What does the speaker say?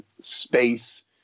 space